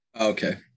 Okay